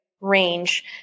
range